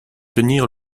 tenir